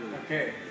Okay